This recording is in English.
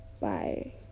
bye